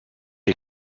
les